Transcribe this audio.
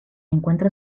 encuentra